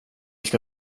ska